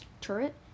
turret